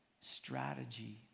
strategy